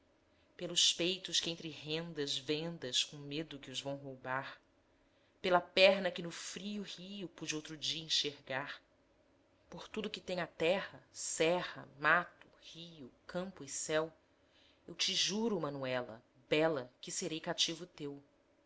pelos peitos que entre rendas vendas com medo que os vão roubar pela perna que no frio rio pude outro dia enxergar por tudo que tem a terra serra mato rio campo e céu eu te juro manuela bela que serei cativo teu